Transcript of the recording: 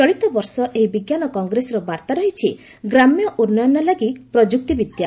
ଚଳିତବର୍ଷ ଏହି ବିଜ୍ଞାନ କଂଗ୍ରେସର ବାର୍ତ୍ତା ରହିଛି ' ଗ୍ରାମ୍ୟ ଉନ୍ନୟନ ଲାଗି ପ୍ରଯୁକ୍ତି ବିଦ୍ୟା